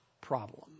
problem